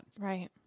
Right